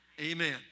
Amen